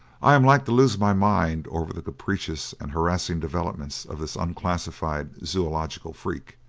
i am like to lose my mind over the capricious and harassing developments of this unclassifiable zoological freak.